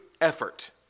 effort